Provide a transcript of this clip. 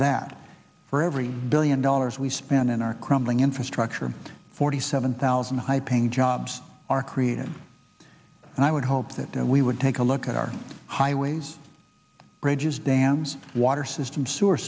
that for every billion dollars we spend in our crumbling infrastructure forty seven thousand high paying jobs are created and i would hope that we would take a look at our highways bridges dams water systems s